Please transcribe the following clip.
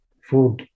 food